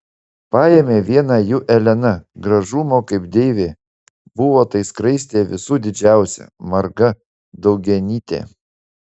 paėmė vieną jų elena gražumo kaip deivė buvo tai skraistė visų didžiausia marga daugianytė